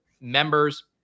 members